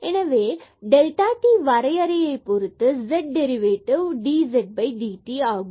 எனவே இந்த delta t வரையறையை பொறுத்து z டெரிவேட்டிவ் dzdt ஆகும்